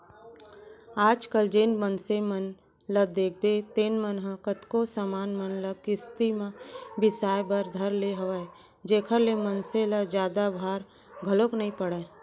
आज कल जेन मनसे मन ल देखबे तेन मन ह कतको समान मन ल किस्ती म ही बिसाय बर धर ले हवय जेखर ले मनसे ल जादा भार घलोक नइ पड़य